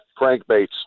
crankbaits